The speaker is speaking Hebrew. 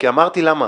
כי אמרתי למה.